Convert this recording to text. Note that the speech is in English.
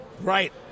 Right